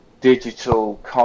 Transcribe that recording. digital